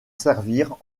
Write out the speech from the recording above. servirent